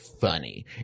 funny